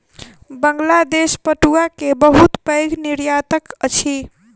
बांग्लादेश पटुआ के बहुत पैघ निर्यातक अछि